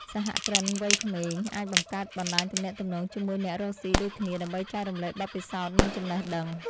សហគ្រិនវ័យក្មេងអាចបង្កើតបណ្តាញទំនាក់ទំនងជាមួយអ្នករកស៊ីដូចគ្នា ដើម្បីចែករំលែកបទពិសោធន៍និងចំណេះដឹង។